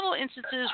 instances